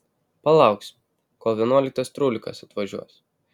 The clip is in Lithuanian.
palauksim kol vienuoliktas trūlikas atvažiuos